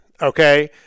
okay